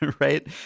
right